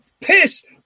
piss